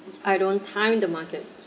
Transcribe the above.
I don't time the market